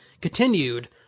continued